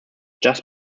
just